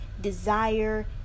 desire